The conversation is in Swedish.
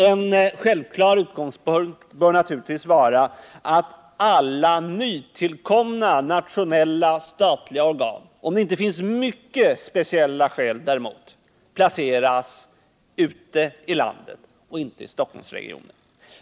En självklar utgångspunkt bör naturligtvis vara att alla nytillkomna nationella, statliga organ placeras ute i landet i stället för i Stockholmsregionen, om det inte finns mycket speciella skäl däremot.